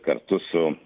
kartu su